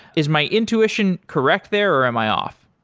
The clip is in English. is my intuition correct there or am i off?